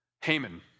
Haman